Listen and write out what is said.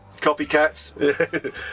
Copycats